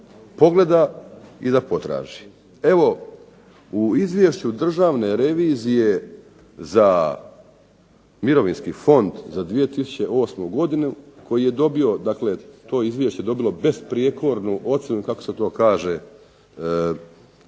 pogleda i da potraži. Evo u izvješću državne revizije za mirovinski fond za 2008. godinu koji je dobio, dakle to izvješće je dobilo besprijekornu ocjenu kako se to kaže,